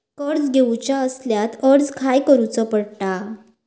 कर्ज घेऊचा असल्यास अर्ज खाय करूचो पडता?